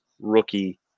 rookie